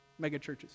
megachurches